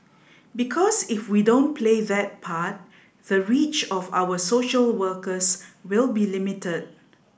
because if we don't play that part the reach of our social workers will be limited